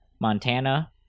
Montana